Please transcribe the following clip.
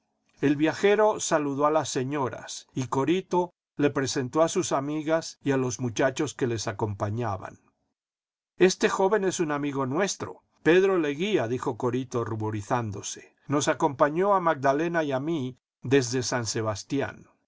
el viajero saludó a las señoras y corito le presentó a sus amigas y a los muchachos que les acompañaban este joven es un amigo nuestro pedro leguía dijo corito ruborizándose nos acompañó a magdalena y a mí desde san sebastián